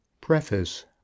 Preface